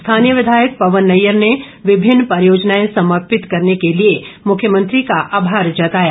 स्थानीय विधायक पवन नैय्यर ने विभिन्न परियोजनाएं समर्पित करने के लिए मुख्यमंत्री का आमार जताया